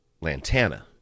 lantana